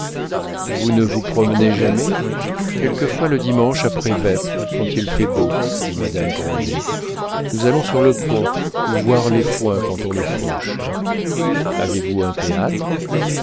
vous ne vous promenez jamais quelquefois le dimanche après vêpres quand il fait beau dit madame grandet nous allons sur le pont ou voir les foins quand on les fauche avez-vous un théâtre